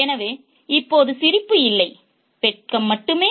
எனவே இப்போது சிரிப்பு இல்லை வெட்கம் மட்டுமே